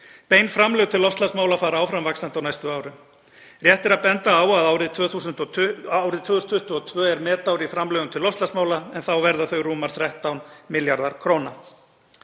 Bein framlög til loftslagsmála fara áfram vaxandi á næstu árum. Rétt er að benda á að árið 2022 er metár í framlögum til loftslagsmála en þá verða þau rúmir 13 milljarðar kr.